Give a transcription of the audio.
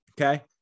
Okay